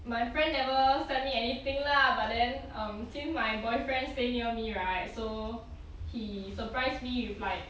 my friend never sent me anything lah but then um since my boyfriend stay near me right so he surprised me with like